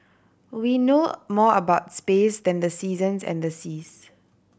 we know more about space than the seasons and the seas